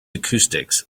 acoustics